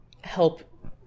help